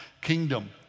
kingdom